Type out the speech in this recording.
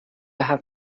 have